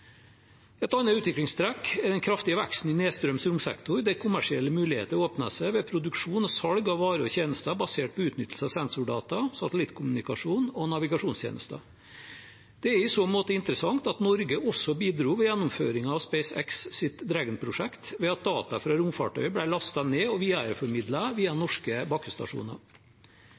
Et annet utviklingstrekk er den kraftige veksten i nedstrøms romsektor, der kommersielle muligheter åpner seg ved produksjon og salg av varer og tjenester basert på utnyttelse av sensordata, satellittkommunikasjon og satellittnavigasjonstjenester. Det er i så måte interessant at Norge også bidro ved gjennomføring av SpaceX sitt Dragon-prosjekt ved at data fra romfartøyet ble lastet ned og videreformidlet via norske bakkestasjoner.